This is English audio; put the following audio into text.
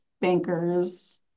bankers